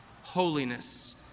holiness